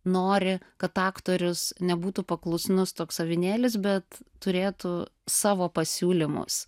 nori kad aktorius nebūtų paklusnus toks avinėlis bet turėtų savo pasiūlymus